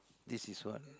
this is what